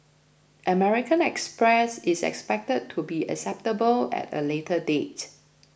American Express is expected to be acceptable at a later date